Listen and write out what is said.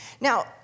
Now